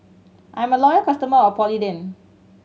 I'm a loyal customer of Polident